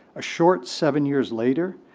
a short seven years later,